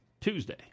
Tuesday